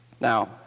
Now